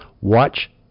watch